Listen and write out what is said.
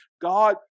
God